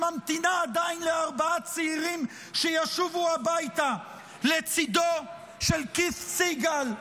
שממתינה עדיין לארבעה צעירים שישובו הביתה לצידו של קית' סיגל,